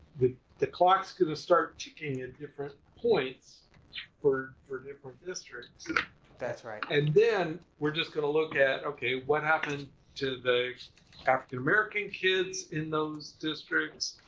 the the clocks gonna to start ticking at different points for for different districts. that's right. and then we're just gonna look at okay, what happened to the african american kids in those districts,